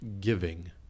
giving